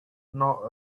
not